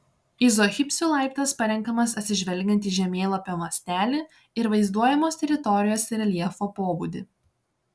izohipsių laiptas parenkamas atsižvelgiant į žemėlapio mastelį ir vaizduojamos teritorijos reljefo pobūdį